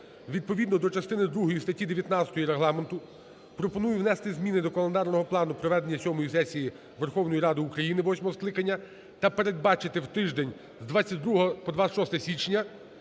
відповідно до частини другої статті 19 Регламенту, пропоную внести зміни до календарного плану проведення сьомої сесії Верховна Рада України восьмого скликання та передбачити в тиждень з 22 по 26 січня